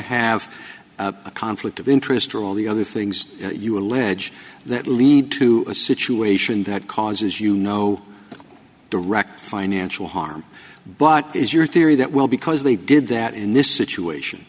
have a conflict of interest or all the other things you allege that lead to a situation that causes you no direct financial harm but it is your theory that will because they did that in this situation